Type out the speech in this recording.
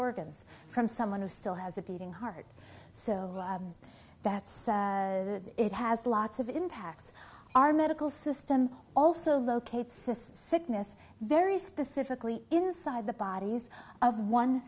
organs from someone who still has a beating heart so that's it has lots of impacts our medical system also located cysts sickness very specifically inside the bodies of one